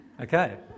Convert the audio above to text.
Okay